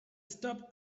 stopped